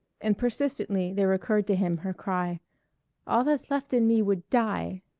and persistently there recurred to him her cry all that's left in me would die